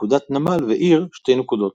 נקודת נמל ועיר - שתי נקודות.